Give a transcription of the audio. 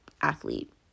athlete